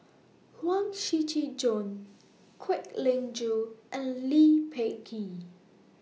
Huang Shiqi Joan Kwek Leng Joo and Lee Peh Gee